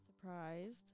surprised